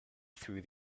through